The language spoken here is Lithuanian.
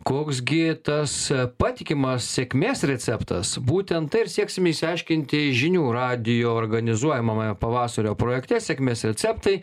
koks gi tas patikimas sėkmės receptas būtent tai ir sieksime išsiaiškinti žinių radijo organizuojamame pavasario projekte sėkmės receptai